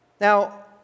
Now